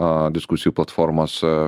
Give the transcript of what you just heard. a diskusijų platformos a